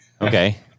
Okay